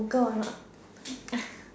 Google